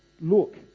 Look